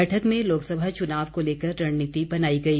बैठक में लोकसभा चुनाव को लेकर रणनीति बनाई गई